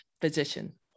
physician